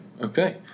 okay